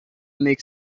make